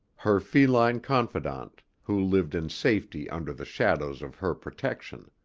her feline confidant, who lived in safety under the shadow of her protection.